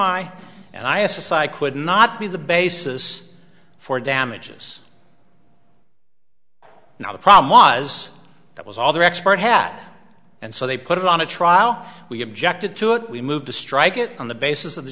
i and i a psych would not be the basis for damages now the problem was that was all their expert hat and so they put it on a trial we objected to it we moved to strike it on the basis of the